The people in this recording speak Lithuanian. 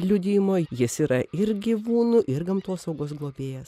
liudijimo jis yra ir gyvūnų ir gamtosaugos globėjas